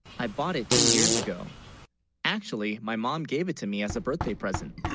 i bought it two years ago actually, my mom gave it to me as a. birthday present